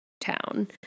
town